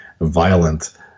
violent